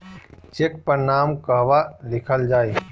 Check पर नाम कहवा लिखल जाइ?